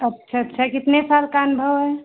अच्छा अच्छा कितने साल का अनुभव है